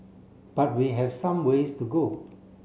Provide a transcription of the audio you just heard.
but we have some ways to go